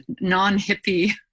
non-hippie